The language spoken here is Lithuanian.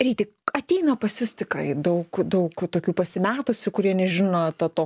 ryti ateina pas jus tikrai daug daug tokių pasimetusių kurie nežino to to